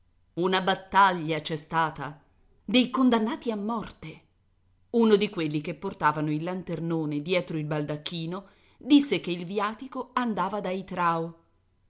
una battaglia c'è stata dei condannati a morte uno di quelli che portavano il lanternone dietro il baldacchino disse che il viatico andava dai